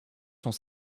sont